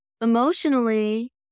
emotionally